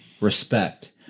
respect